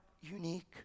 unique